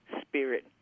spirit